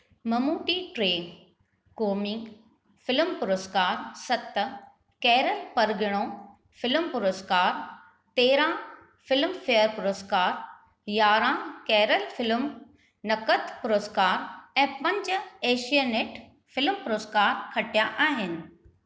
मम्मूट्टी टे क़ौमी फ़िल्मु पुरस्कार सत केरल परगि॒णो फ़िल्मु पुरस्कार तेरिहां फ़िल्मफेयर पुरस्कार यारहां केरल फ़िल्मु नक़दु पुरस्कार ऐं पंज एशियनेट फ़िल्म पुरस्कार खटिया आहिनि